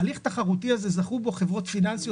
ההליך התחרותי הזה, זכו בו חברות פיננסיות.